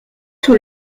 sur